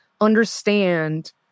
understand